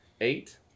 Eight